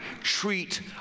treat